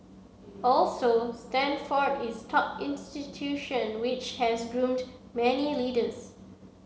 also Stanford is top institution which has groomed many leaders